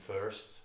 first